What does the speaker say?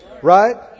Right